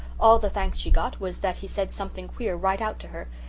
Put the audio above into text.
all the thanks she got was that he said something queer right out to her.